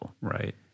Right